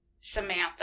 Samantha